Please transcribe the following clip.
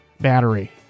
battery